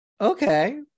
okay